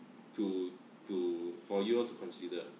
to to for you all to consider